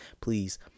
please